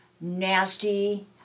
nasty